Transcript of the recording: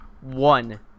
one